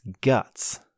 guts